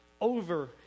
over